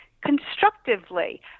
constructively